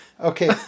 okay